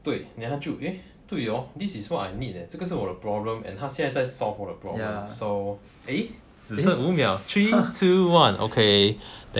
对 then 他就对 hor this is what I need eh 这个是我的 problem and 他现在在 solve 我的 problem so eh 五秒 three two one okay thank you for the thank you for listening to us and please accept our err